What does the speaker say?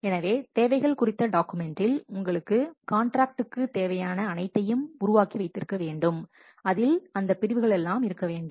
எனவே தேவைகள் குறித்த டாக்குமெண்டில் உங்கள் காண்ட்ராக்டிற்கு தேவையான அனைத்தையும் உருவாக்கி வைத்திருக்க வேண்டும் அதில் இந்த பிரிவுகள் எல்லாம் இருக்க வேண்டும்